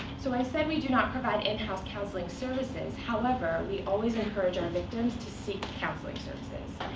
so i said we do not provide in-house counseling services. however, we always encourage our victims to seek counseling services.